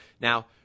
now